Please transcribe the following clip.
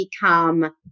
become